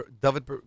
david